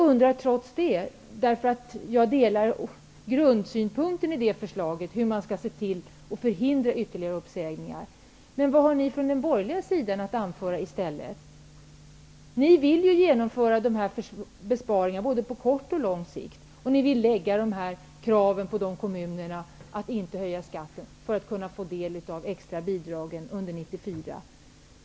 Jag delar dock grundsynen i det förslaget, att man skall förhindra ytterligare uppsägningar. Men vad har ni från den borgerliga sidan att anföra i stället? Ni vill ju genomföra dessa besparingar, både på kort och lång sikt. Ni vill ställa krav på kommunerna att inte höja skatten för att få del av extra bidrag under 1994.